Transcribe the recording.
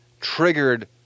triggered